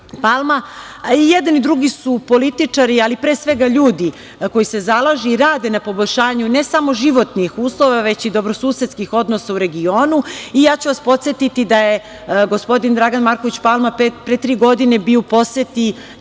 Palma, a i jedan i drugi su političari, ali pre svega ljudi koji se zalažu i rade na poboljšanju ne samo životnih uslova već i dobrosusedskih odnosa u regionu. Ja ću vas podsetiti da je gospodin Dragan Marković Palma pre tri godine bio u poseti